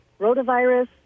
rotavirus